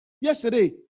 yesterday